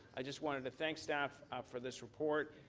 i just wanted to thank staff for this report.